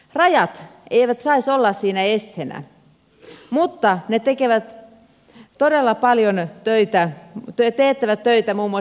rajat eivät saisi olla siinä esteenä mutta ne teettävät todella paljon töitä muun muassa saamelaiskäräjillä